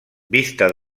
vista